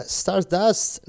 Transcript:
stardust